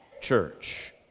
church